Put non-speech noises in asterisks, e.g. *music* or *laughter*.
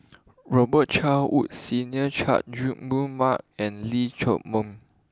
Robet Carr Woods Senior Chay Jung *unintelligible* Mark and Lee *unintelligible*